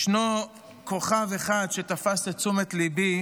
ישנו כוכב אחד שתפס את תשומת ליבי,